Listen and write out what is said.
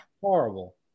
horrible